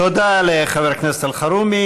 תודה לחבר הכנסת אלחרומי.